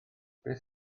beth